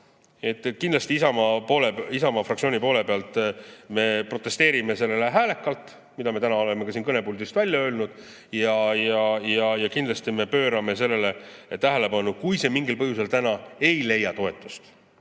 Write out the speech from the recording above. kindlasti Isamaa fraktsiooni poole pealt me protesteerime selle vastu häälekalt, seda me täna oleme ka siin kõnepuldist välja öelnud, ja kindlasti me pöörame sellele tähelepanu – kui see mingil põhjusel täna ei leia toetust